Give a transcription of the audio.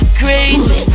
crazy